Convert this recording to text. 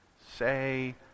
say